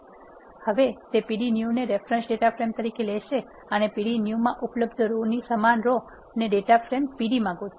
હવે તે pd new ને રેફરન્સ ડેટા ફ્રેમ તરીકે લેશે અને pd new મા ઉપલબ્ધ રો ની સમાન રો ને ડેટા ફ્રેમ pd માં ગોતશે